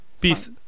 Peace